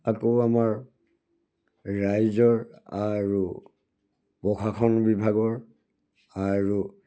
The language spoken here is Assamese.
আকৌ আমাৰ ৰাইজৰ আৰু প্ৰশাসন বিভাগৰ আৰু